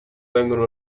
vengono